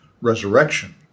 resurrection